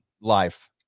life